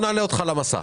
נעלה אותך על המסך.